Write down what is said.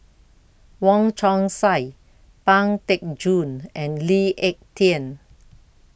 Wong Chong Sai Pang Teck Joon and Lee Ek Tieng